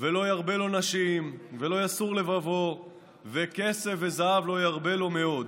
ולא ירבה לו נשים ולא יסור לבבו וכסף וזהב לא ירבה לו מאוד.